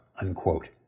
unquote